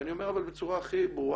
ואני אומר בצורה הכי ברורה